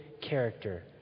character